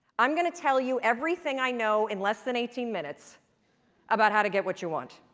i'm going to tell you everything i know in less than eighteen minutes about how to get what you want.